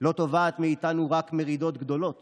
לא תובעת מאיתנו רק מרידות גדולות